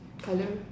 colour